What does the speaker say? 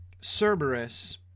Cerberus